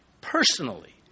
personally